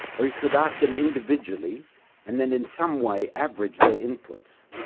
or you could ask them individually and then in some way average their inputs.